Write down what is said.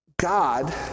God